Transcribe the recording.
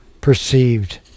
perceived